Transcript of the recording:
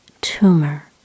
tumor